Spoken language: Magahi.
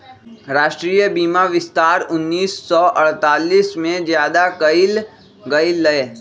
राष्ट्रीय बीमा विस्तार उन्नीस सौ अडतालीस में ज्यादा कइल गई लय